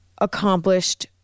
accomplished